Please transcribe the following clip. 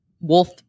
wolf